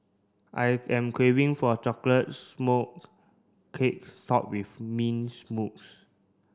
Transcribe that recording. I am craving for a chocolate smoke cake topped with mints mousse